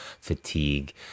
fatigue